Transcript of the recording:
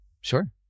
Sure